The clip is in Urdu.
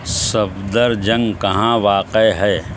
صفدر جنگ کہاں واقع ہے